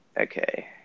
okay